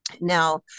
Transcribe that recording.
Now